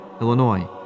illinois